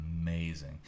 amazing